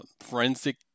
forensic